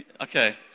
Okay